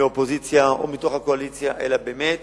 מהאופוזיציה או מתוך הקואליציה, אלא באמת